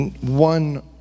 One